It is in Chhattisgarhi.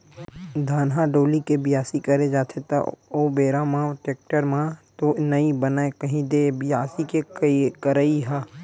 धनहा डोली के बियासी करे जाथे त ओ बेरा म टेक्टर म तो नइ बनय कही दे बियासी के करई ह?